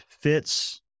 fits